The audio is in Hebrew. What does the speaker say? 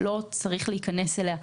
שלא צריך להיכנס אליה,